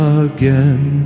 again